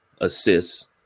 assists